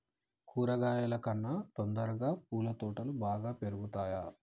కూరగాయల కన్నా తొందరగా పూల తోటలు బాగా పెరుగుతయా?